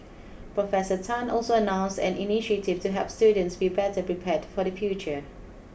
professor Tan also announced an initiative to help students be better prepared for the future